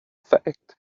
fact